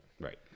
Right